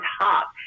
top